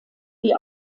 die